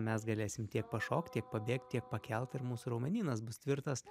mes galėsim tiek pašokt tiek pabėgt tiek pakelt ir mūsų raumenynas bus tvirtas